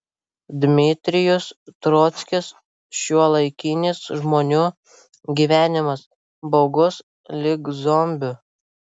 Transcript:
dmitrijus trockis šiuolaikinis žmonių gyvenimas baugus lyg zombių